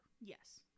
Yes